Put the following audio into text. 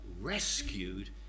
rescued